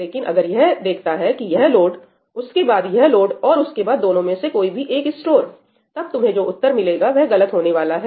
लेकिन अगर यह देखता है कि यह लोड उसके बाद यह लोड और उसके बाद दोनों में से कोई भी एक स्टोर तब तुम्हें जो उत्तर मिलेगा वह गलत होने वाला है